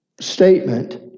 statement